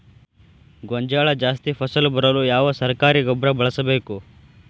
ಗೋಂಜಾಳ ಜಾಸ್ತಿ ಫಸಲು ಬರಲು ಯಾವ ಸರಕಾರಿ ಗೊಬ್ಬರ ಬಳಸಬೇಕು?